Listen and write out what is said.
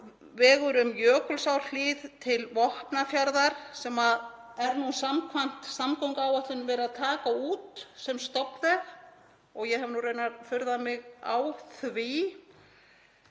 vegur um Jökulsárhlíð til Vopnafjarðar sem er samkvæmt samgönguáætlun verið að taka út sem stofnveg og ég hef raunar furðað mig á því.